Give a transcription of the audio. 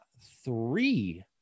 three